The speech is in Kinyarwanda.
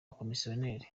bakomisiyoneri